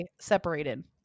separated